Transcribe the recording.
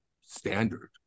standard